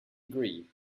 agree